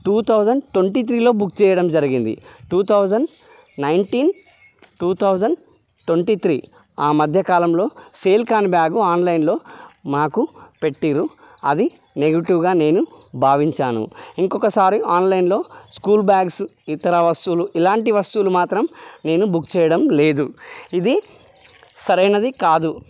two thousand twenty త్రీలో book చేయడం జరిగింది two thousand nineteen two thousand twenty three ఆ మధ్యకాలంలో సేల్ కాని బ్యాగ్ ఆన్లైన్లో మాకు పెట్టారు అది నెగటివ్గా నేను భావించాను ఇంకొకసారి ఆన్లైన్లో స్కూల్ బ్యాగ్స్ ఇతర వస్తువులు ఇలాంటి వస్తువులు మాత్రం నేను బుక్ చేయడం లేదు ఇది సరైనది కాదు